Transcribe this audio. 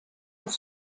auf